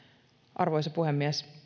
arvoisa puhemies